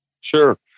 Sure